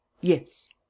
Yes